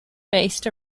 based